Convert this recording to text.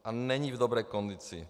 A není v dobré kondici.